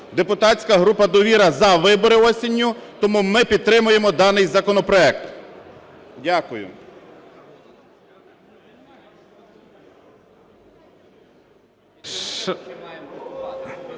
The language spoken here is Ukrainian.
Депутатська група "Довіра" за вибори осінню тому ми підтримуємо даний законопроект. Дякую.